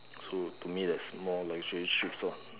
so to me that's more luxury trips lor